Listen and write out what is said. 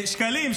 שקלים,